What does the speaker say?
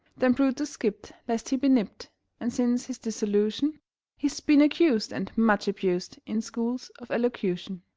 then brutus skipped lest he be nipped and since his dissolution he's been accused and much abused in schools of elocution.